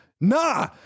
Nah